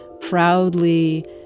proudly